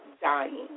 dying